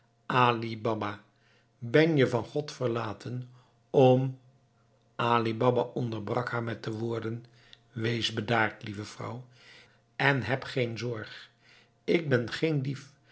ben je van god verlaten om ali baba onderbrak haar met de woorden wees bedaard lieve vrouw en heb geen zorg ik ben geen dief